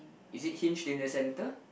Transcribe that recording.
is it hinged in the centre